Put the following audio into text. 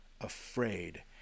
afraid